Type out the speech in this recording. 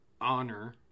honor